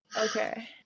Okay